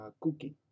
cookie